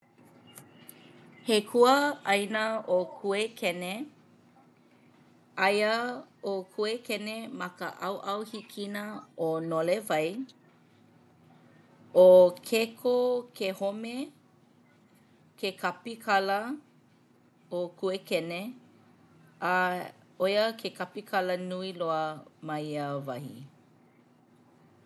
He kuaʻāina ʻo Kuekene. Aia ʻo Kuekene ma ka ʻaoʻao hikina ʻo Nolewai. ʻO Kekokehome ke kapikala ʻo Kuekene a ʻo ia ke kapikala nui loa ma ia wahi.